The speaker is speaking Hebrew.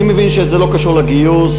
אני מבין שזה לא קשור לגיוס,